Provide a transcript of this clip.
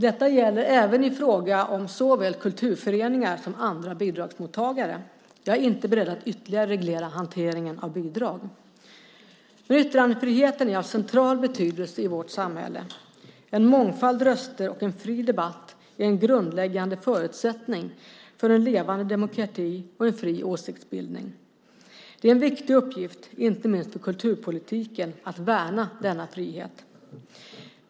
Detta gäller i fråga om såväl kulturföreningar som andra bidragsmottagare. Jag är inte beredd att ytterligare reglera hanteringen av bidragen. Yttrandefriheten är av central betydelse i vårt samhälle. En mångfald röster och en fri debatt är en grundläggande förutsättning för en levande demokrati och en fri åsiktsbildning. Det är en viktig uppgift - inte minst för kulturpolitiken - att värna denna frihet.